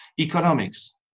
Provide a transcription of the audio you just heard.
Economics